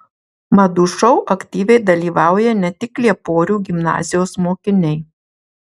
madų šou aktyviai dalyvauja ne tik lieporių gimnazijos mokiniai